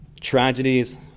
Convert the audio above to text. Tragedies